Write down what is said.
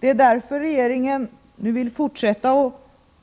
Det är därför regeringen nu vill fortsätta